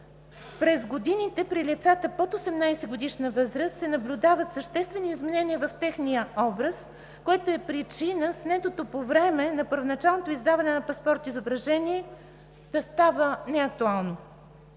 През годините при лицата под 18-годишна възраст се наблюдават съществени изменения в техния образ, което е причина снетото по време на първоначално издаване на паспорт изображение да става неактуално.